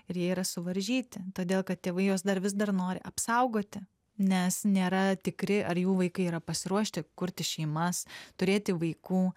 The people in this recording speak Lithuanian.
ir jie yra suvaržyti todėl kad tėvai juos dar vis dar nori apsaugoti nes nėra tikri ar jų vaikai yra pasiruošti kurti šeimas turėti vaikų